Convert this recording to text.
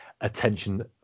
attention